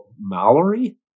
Mallory